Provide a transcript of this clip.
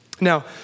Now